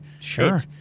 Sure